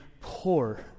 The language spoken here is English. poor